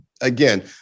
Again